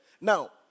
now